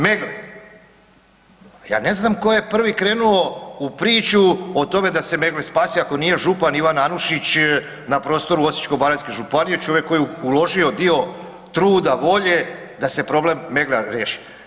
Meggle ja ne znam ko je prvi krenuo u priču o tome da se Meggle spasi ako nije župan Ivan Anušić na prostoru Osječko-baranjske županije, čovjek koji je uložio dio truda volje da se problem Megglea riješi.